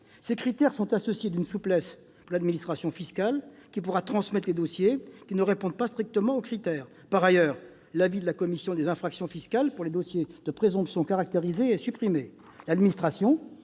Ces critères sont assortis d'une souplesse pour l'administration fiscale, qui pourra transmettre les dossiers n'y répondant pas strictement. Par ailleurs, l'avis préalable de la commission des infractions fiscales pour les dossiers de présomption caractérisée est supprimé. L'administration